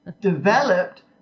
developed